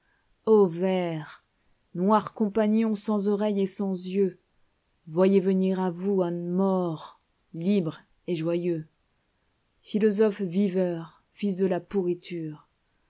vers noirs compagnons sans oreille et sans yeux voyez venir à vous un mort libre et joyeux iphilosophes viveurs fils de la pourriture